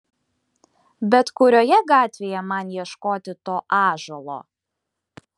bet kurioje gatvėje man ieškoti to ąžuolo